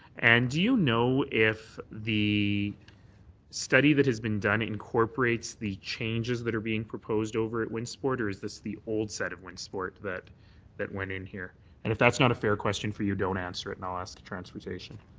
and do you know if the study that has been done incorporates the changes that are being proposed over at wind sport or is this the old set of wind sport that that went in here and if that's not a fair question for you, don't answer it, and i'll ask the transportation.